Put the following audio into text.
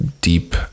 deep